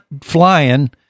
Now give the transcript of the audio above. flying